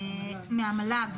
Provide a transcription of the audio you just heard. מהמל"ג,